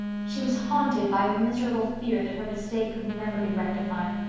she was haunted by a miserable fear that her mistake could never be rectified.